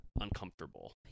uncomfortable